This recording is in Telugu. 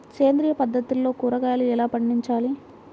సేంద్రియ పద్ధతిలో కూరగాయలు ఎలా పండించాలి?